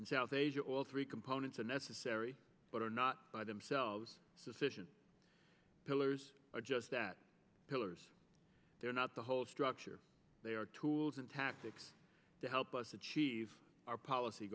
in south asia all three components are necessary but are not by themselves sufficient pillars are just that pillars they're not the whole structure they are tools and tactics to help us achieve our policy